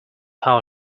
how